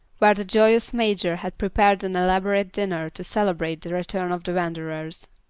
where the joyous major had prepared an elaborate dinner to celebrate the return of the wanderers.